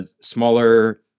smaller